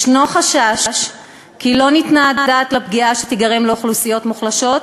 יש חשש כי לא ניתנה הדעת לפגיעה שתיגרם לאוכלוסיות מוחלשות,